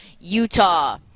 Utah